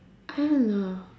I don't know